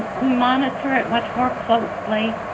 we monitor it much more closely.